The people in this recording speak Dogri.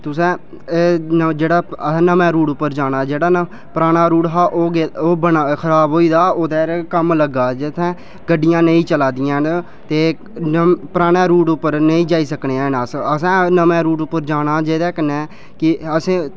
जेह्ड़ा असें नमें रूट उप्पर जाना जेह्ड़ा पराना रूट हा ओह् खराब होई गेदा ते ओह्दे र कम्म लगा दा जित्थै गड्डियां नेईं चला दियां न त् पराने रूट उप्पर नेईं जाई सकने आं अस असें नमें रूट उप्पर जाना जैह्दे कन्नै असें